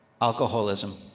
Alcoholism